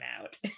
out